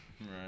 Right